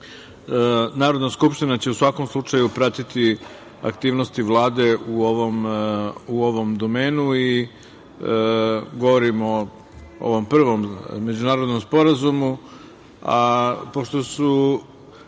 države. Narodna skupština će u svakom slučaju pratiti aktivnosti Vlade u ovom domenu i govorim o ovom prvom međunarodnom sporazumu. Pošto